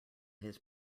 his